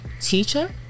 teacher